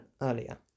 earlier